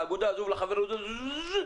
לאגודה הזאת ולחברות הזאת,